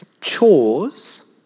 Chores